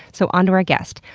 so on to our guest.